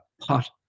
pot